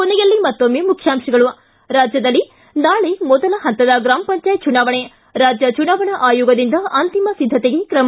ಕೊನೆಯಲ್ಲಿ ಮತ್ತೊಮ್ಮೆ ಮುಖ್ಯಾಂಶಗಳು ಿ ರಾಜ್ಯದಲ್ಲಿ ನಾಳೆ ಮೊದಲ ಹಂತದ ಗ್ರಾಮ ಪಂಚಾಯತ್ ಚುನಾವಣೆ ರಾಜ್ಯ ಚುನಾವಣಾ ಆಯೋಗದಿಂದ ಅಂತಿಮ ಸಿದ್ದತೆಗೆ ಕ್ರಮ